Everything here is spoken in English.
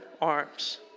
arms